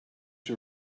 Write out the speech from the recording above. you